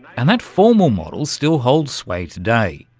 and that formal model still holds sway today.